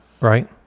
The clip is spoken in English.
right